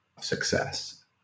success